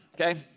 Okay